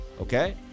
Okay